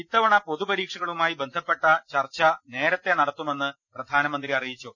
ഇത്തവണ പൊതുപരീക്ഷകളുമായി ബന്ധപ്പെട്ട ചർച്ച നേരത്തെ നടത്തുമെന്ന് പ്രധാനമന്ത്രി അറിയിച്ചു